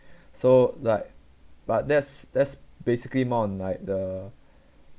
so like but that's that's basically more on like the